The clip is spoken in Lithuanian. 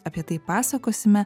apie tai pasakosime